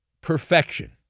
perfection